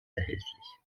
erhältlich